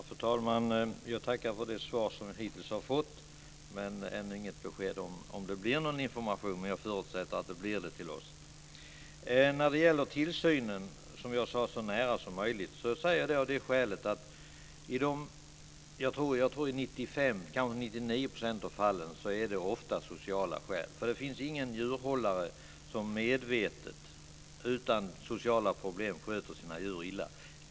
Fru talman! Jag tackar för de svar som vi hittills har fått. Men ännu har inget besked getts om det blir någon information till oss, men jag förutsätter att det blir det. När det gäller tillsynen, som jag sade bör ligga så nära som möjligt, anser jag det på grund av att det i 95 % kanske 99 % av fallen handlar om sociala skäl. Det finns ingen djurhållare som medvetet, utan sociala problem, sköter sina djur illa.